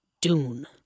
Dune